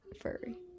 furry